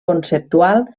conceptual